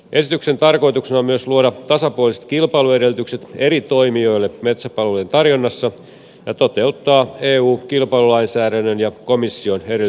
esityksen tarkoituksena on myös luoda tasapuoliset kilpailuedellytykset eri toimijoille metsäpalveluiden tarjonnassa ja toteuttaa eu kilpailulainsäädännön ja komission edellyttämät muutokset